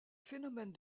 phénomène